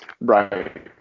Right